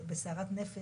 אבל אני לא אסטה מהכיוון.